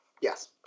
Yes